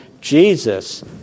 Jesus